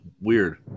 weird